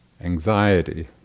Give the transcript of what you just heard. anxiety